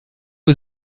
uhr